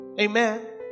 Amen